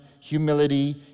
humility